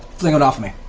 fling it off me.